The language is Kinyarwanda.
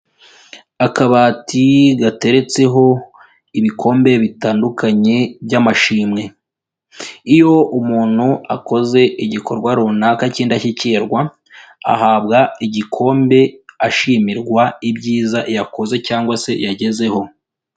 Akabati gateretseho ibikombe bitandukanye by'amashimwe. Iyo umuntu akoze igikorwa runaka cy'indashyikirwa, ahabwa igikombe ashimirwa ibyiza yakoze cyangwa se yagezeho.